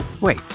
Wait